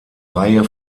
reihe